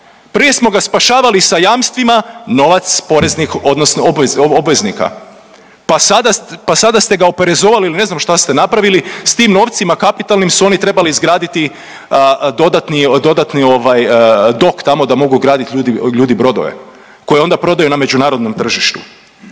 Prije smo ga spašavali sa jamstvima, novac poreznih obveznika, pa sada ste ga oporezovali ili ne znam šta ste napravili, s tim novcima kapitalnim su oni trebali izgraditi dodatni dok tamo da mogu graditi ljudi brodove koje onda prodaju na međunarodnom tržištu.